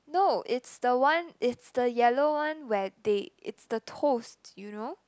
no it's the one it's the yellow one where they it's the toast you know